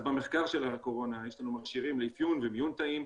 אז במחקר של הקורונה יש לנו מכשירים לאפיון ומיון תאים,